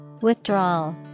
Withdrawal